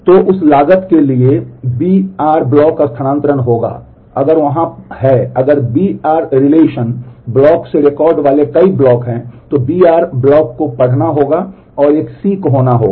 तो उस लागत के लिए b r ब्लॉक स्थानान्तरण होगा अगर वहाँ हैं अगर br रिलेशन होना होगा